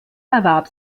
erwarb